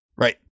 right